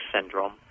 syndrome